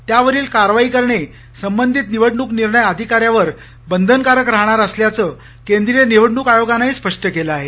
त्यावरील कारवाई करणे संबंधित निवडणूक निर्णय अधिकाऱ्यावर बधनकारक राहणार असल्याचं केंद्रीय निवडणूक आयोगानं स्पष्ट केलं आहे